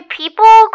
people